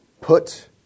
Put